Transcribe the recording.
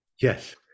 yes